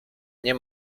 nie